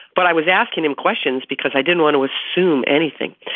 but i was asking him questions because i didn't want to assume anything.